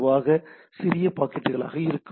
பொதுவாக சிறிய பாக்கெட்டுகளாக இருக்கும்